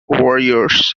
warriors